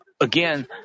again